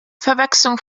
verwechslung